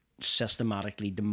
systematically